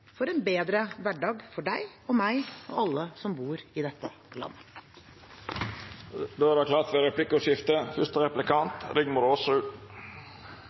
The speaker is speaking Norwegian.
for en bedre hverdag for deg, meg og alle som bor i dette landet. Det vert replikkordskifte. Som finansministeren sa, er det